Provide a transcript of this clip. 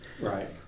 Right